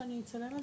שאני אצלם לך?